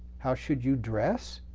how should you dress?